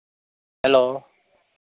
hello